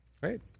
Great